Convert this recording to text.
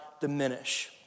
diminish